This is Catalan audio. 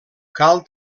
cal